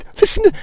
Listen